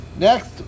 Next